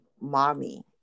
mommy